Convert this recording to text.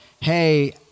hey